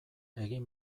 egin